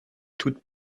toutes